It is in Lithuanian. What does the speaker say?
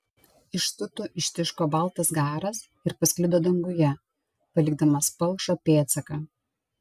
iš tūtų ištiško baltas garas ir pasklido danguje palikdamas palšą pėdsaką